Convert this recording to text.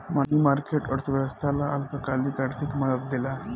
मनी market, अर्थव्यवस्था ला अल्पकालिक आर्थिक मदद देला